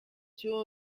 two